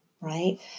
right